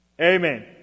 Amen